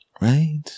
Right